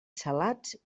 salats